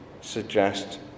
suggest